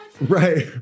right